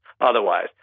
otherwise